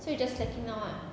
so you're just slacking now ah